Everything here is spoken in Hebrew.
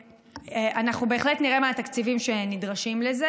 אנחנו בהחלט נראה מה התקציבים שנדרשים לזה.